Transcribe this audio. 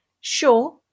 Sure